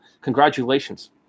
congratulations